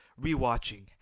rewatching